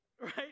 Right